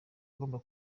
ugomba